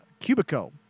Cubico